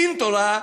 דין תורה,